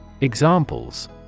Examples